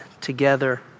together